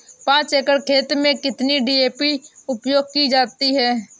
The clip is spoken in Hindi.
पाँच एकड़ खेत में कितनी डी.ए.पी उपयोग की जाती है?